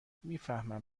میفهمم